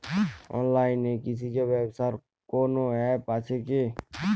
অনলাইনে কৃষিজ ব্যবসার কোন আ্যপ আছে কি?